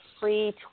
free